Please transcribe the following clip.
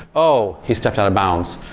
oh, he stepped out of bounds.